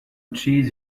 cheese